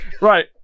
Right